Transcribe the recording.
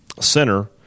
center